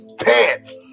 pants